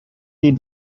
did